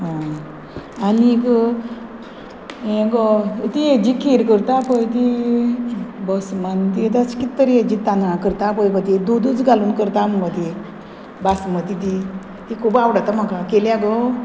आं आनीक ये गो ती हेजी खीर करता पळय ती बसमांती तशें कित तरी हेजी तांदळां करता पळय गो ती दुदूच घालून करता मुगो ती बासमती ती ती खूब आवडटा म्हाका केल्या गो